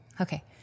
Okay